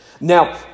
Now